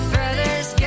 Brother's